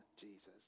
Jesus